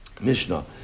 Mishnah